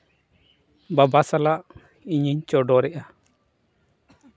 ᱵᱟᱵᱟ ᱥᱟᱞᱟᱜ ᱤᱧᱤᱧ ᱪᱚᱰᱚᱨᱮᱫᱼᱟ